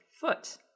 foot